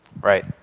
Right